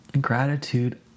Gratitude